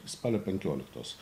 spalio penkioliktos